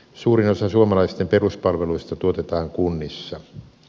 suurin osa suomalaisten peruspalveluista tuotetaan kunnissa